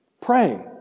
Pray